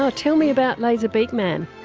um tell me about laser beak man.